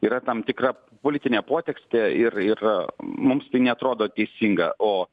yra tam tikra politinė potekstė ir ir mums tai neatrodo teisinga o